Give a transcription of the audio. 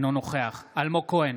אינו נוכח אלמוג כהן,